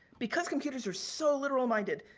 because, computers are so little minded,